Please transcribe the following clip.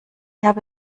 habe